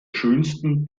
schönsten